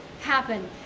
happen